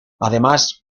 además